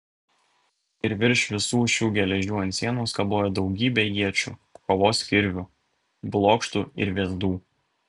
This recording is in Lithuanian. ir virš visų šių geležių ant sienos kabojo daugybė iečių kovos kirvių blokštų ir vėzdų